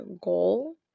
goal